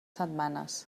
setmanes